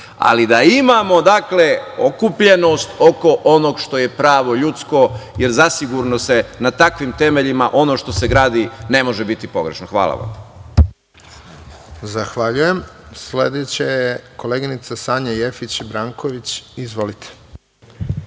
ali da imamo okupljenost oko onoga što je pravo ljudsko, jer zasigurno se na takvim temeljima, ono što se gradi ne može biti pogrešno. Hvala. **Radovan Tvrdišić** Zahvaljujem. Sledeća je koleginica Sanja Jefić Branković. Izvolite.